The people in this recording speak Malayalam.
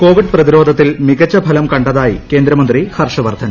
കോവിഡ് പ്രതിരോധത്തിൽ മികച്ച ഫലം കണ്ടതായി കേന്ദ്രമന്ത്രി ഹർഷ് വർദ്ധൻ